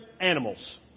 animals